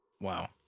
wow